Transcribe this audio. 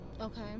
Okay